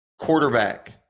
Quarterback